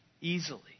easily